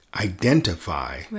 identify